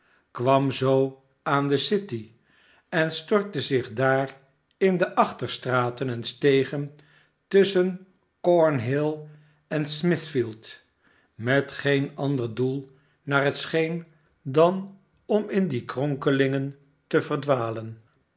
kwam zoo aan de city en stortte zich daar in de achterstraten en stegen tusschen cornhill en smithfield met geen ander doel naar het scheen dan om in die kronkelingen te verdwalen